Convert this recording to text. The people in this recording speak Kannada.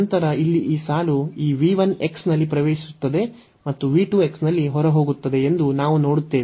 ನಂತರ ಇಲ್ಲಿ ಈ ಸಾಲು ಈ v 1 ನಲ್ಲಿ ಪ್ರವೇಶಿಸುತ್ತದೆ ಮತ್ತು v 2 ನಲ್ಲಿ ಹೊರಹೋಗುತ್ತದೆ ಎಂದು ನಾವು ನೋಡುತ್ತೇವೆ